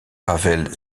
pavel